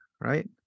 right